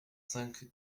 cinq